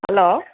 hello